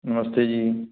ਨਮਸਤੇ ਜੀ